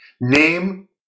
Name